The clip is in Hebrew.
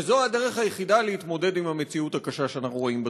וזו הדרך היחידה להתמודד עם המציאות הקשה שאנחנו רואים בתחום.